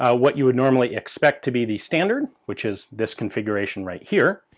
ah what you would normally expect to be the standard, which is this configuration right here,